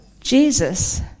Jesus